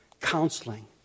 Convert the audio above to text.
counseling